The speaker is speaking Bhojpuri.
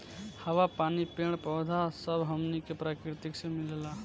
हवा, पानी, पेड़ पौधा सब हमनी के प्रकृति से मिलेला